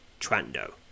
Trando